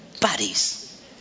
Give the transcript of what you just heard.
bodies